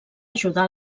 ajudar